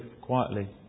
quietly